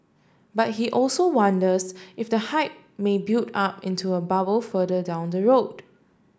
but he also wonders if the hype may build up into a bubble further down the road